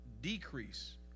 decrease